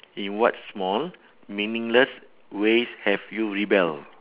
in what small meaningless ways have you rebel